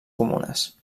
comunes